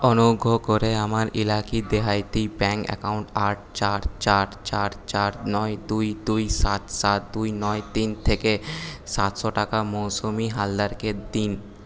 অনুগ্রহ করে আমার ইলাকি দেহাইতি ব্যাঙ্ক অ্যাকাউন্ট আট চার চার চার চার নয় দুই দুই সাত সাত দুই নয় তিন থেকে সাতশো টাকা মৌসুমি হালদারকে দিন